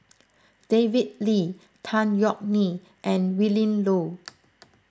David Lee Tan Yeok Nee and Willin Low